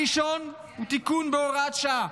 הראשון הוא תיקון בהוראת שעה